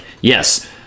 yes